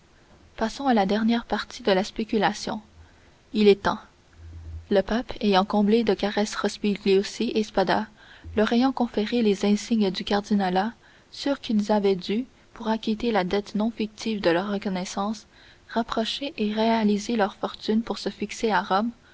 passons à la dernière partie de la spéculation il est temps le pape ayant comblé de caresses rospigliosi et spada leur ayant conféré les insignes du cardinalat sûr qu'ils avaient dû pour acquitter la dette non fictive de leur reconnaissance rapprocher et réaliser leur fortune pour se fixer à rome